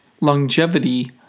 longevity